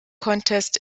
contest